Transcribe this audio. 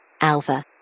Alpha